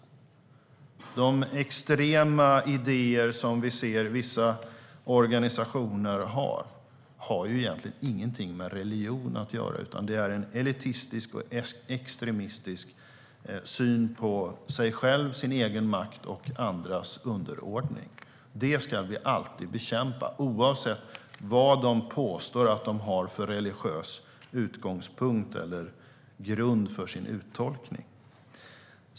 Vissa extrema organisationers idéer har inget med religion att göra, utan de har en elitistisk och extremistisk syn på sig själva, sin egen makt och andras underordning. Detta ska vi alltid bekämpa, oavsett vad de påstår att de har för religiös utgångspunkt eller grund för sin uttolkning.